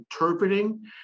interpreting